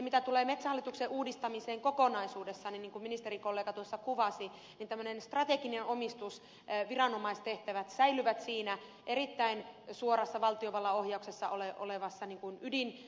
mitä tulee metsähallituksen uudistamiseen kokonaisuudessaan niin kuten ministerikollega tuossa kuvasi tämmöinen strateginen omistus viranomaistehtävät säilyvät siinä erittäin suorassa valtiovallan ohjauksessa olevassa ydinnyrkissä